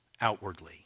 outwardly